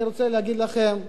אני רוצה להגיד לכם,